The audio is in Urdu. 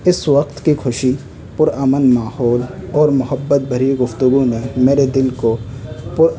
اس وقت کی خوشی پرامن ماحول اور محبت بھری گفتگو نے میرے دل کو پر